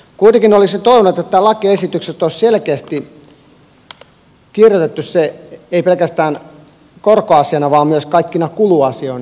kuitenkin olisin toivonut että tässä lakiesityksessä olisi selkeästi kirjoitettu se ei pelkästään korkoasiana vaan myös kaikkina kuluasioina